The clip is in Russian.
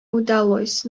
удалось